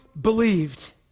believed